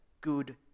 good